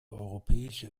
europäische